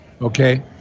Okay